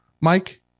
Mike